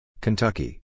Kentucky